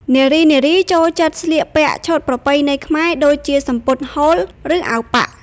នារីៗចូលចិត្តស្លៀកពាក់ឈុតប្រពៃណីខ្មែរ ដូចជាសំពត់ហូល ឬអាវប៉ាក់។